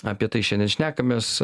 apie tai šiandien šnekamės